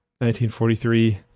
1943